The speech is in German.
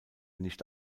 nicht